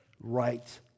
Right